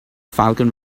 falcon